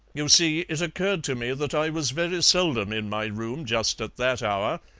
you see it occurred to me that i was very seldom in my room just at that hour,